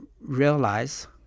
realize